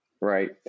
right